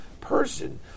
person